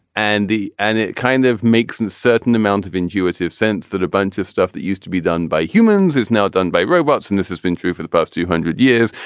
and the and it kind of makes and a certain amount of intuitive sense that a bunch of stuff that used to be done by humans is now done by robots and this has been true for the past two hundred hundred years.